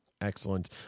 Excellent